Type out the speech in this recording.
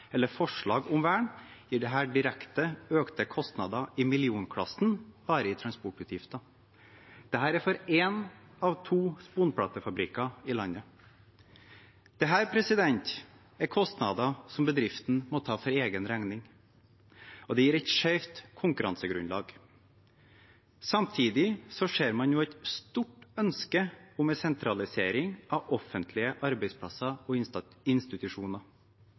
eller forslag om vern, gir dette direkte økte kostnader i millionklassen bare i transportutgifter – for én av to sponplatefabrikker i landet. Dette er kostnader som bedriften må ta for egen regning, og det gir et skjevt konkurransegrunnlag. Samtidig ser man nå et stort ønske om sentralisering av offentlige arbeidsplasser og institusjoner.